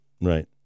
Right